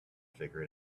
figure